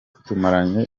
tumaranye